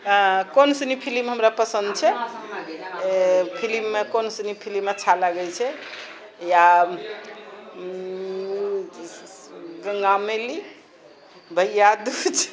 आ कोन सनि फिलिम हमरा पसन्द छै फिलिममे कोन सनि फिलिम अच्छा लागै छै यऽ गङ्गा मैली भैया दूज